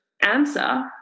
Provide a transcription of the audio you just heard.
answer